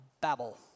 Babel